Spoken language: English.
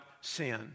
sin